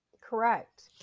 Correct